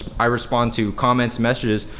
i respond to comments, messages.